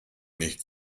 nicht